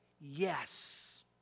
Yes